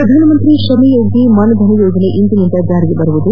ಪ್ರಧಾನಮಂತ್ರಿ ಶ್ರಮಯೋಗಿ ಮಾನಧನ್ ಯೋಜನೆ ಇಂದಿನಿಂದ ಜಾರಿಗೆ ಬರಲಿದೆ